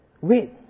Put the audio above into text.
Wait